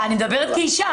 אני מדברת כאישה.